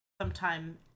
sometime